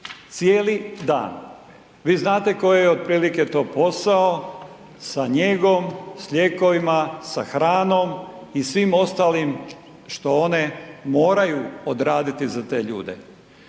Cijeli dan. Vi znate koji je otprilike to posao sa njegom, s lijekovima, sa hranom i svim ostalim što one moraju odraditi za te ljude.